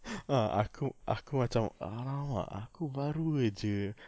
ah aku aku macam !alamak! aku baru saja